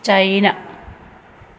China